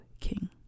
King